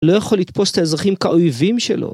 לא יכול לתפוס את האזרחים כאויבים שלו